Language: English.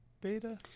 beta